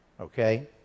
Okay